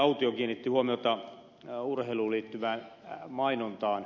autio kiinnitti huomiota urheiluun liittyvään mainontaan